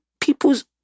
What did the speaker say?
people's